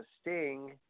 Sting